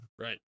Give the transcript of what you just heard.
right